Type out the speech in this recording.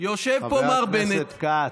חבר הכנסת כץ.